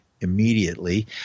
immediately